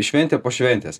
šventė po šventės